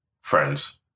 Friends